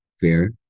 fair